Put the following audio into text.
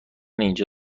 اینجا